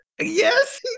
Yes